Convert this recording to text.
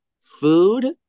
food